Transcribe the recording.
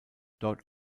dort